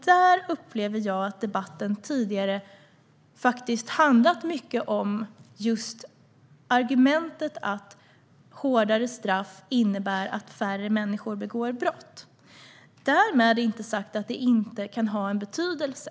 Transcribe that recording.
Där upplever jag att debatten tidigare faktiskt handlat mycket om just argumentet att hårdare straff innebär att färre människor begår brott. Därmed inte sagt att det inte kan ha en betydelse.